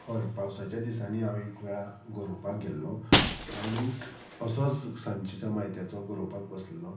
हय पावसाच्या दिसांनी हांव एक वेळा गोरोवपाक गेल्लो आनीक असोच सांजच्या म्हायत्याचो गोरोवपाक बसलो